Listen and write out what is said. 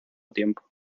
tiempo